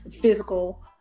physical